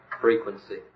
frequency